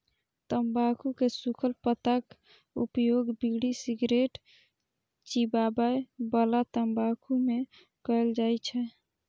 तंबाकू के सूखल पत्ताक उपयोग बीड़ी, सिगरेट, चिबाबै बला तंबाकू मे कैल जाइ छै